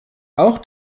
auch